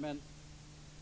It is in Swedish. Men